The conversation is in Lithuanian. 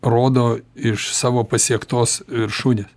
rodo iš savo pasiektos viršūnės